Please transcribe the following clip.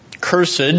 Cursed